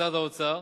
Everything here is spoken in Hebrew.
ממשרד האוצר.